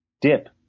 dip